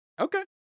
Okay